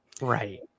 Right